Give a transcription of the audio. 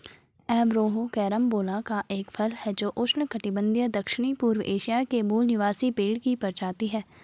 Averrhoa carambola का फल है जो उष्णकटिबंधीय दक्षिणपूर्व एशिया के मूल निवासी पेड़ की प्रजाति है